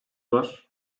var